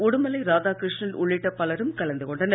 உடுமலை ராதாகிருஷ்ணன் உள்ளிட்ட பலரும் கலந்து கொண்டனர்